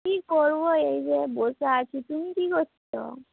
কী করব এই যে বসে আছি তুমি কী করছ